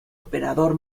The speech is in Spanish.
operador